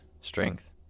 strength